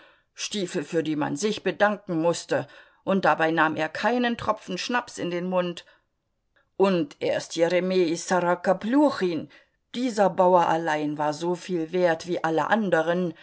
stiefel für die man sich bedanken mußte und dabei nahm er keinen tropfen schnaps in den mund und erst jeremej ssorokopljuchin dieser bauer allein war so viel wert wie alle anderen